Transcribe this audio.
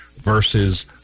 versus